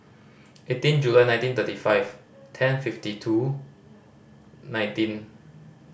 eighteen July nineteen thirty five ten fifty two nineteen